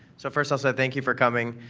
so first, i'll say thank you for coming.